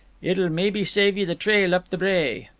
it'll maybe save ye the trail up the brae.